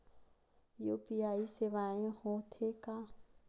UPI सेवाएं हो थे का?